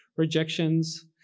rejections